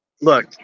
Look